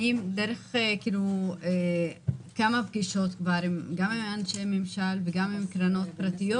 ערכתי כבר כמה פגישות גם עם אנשי ממשל וגם עם קרנות פרטיות.